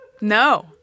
No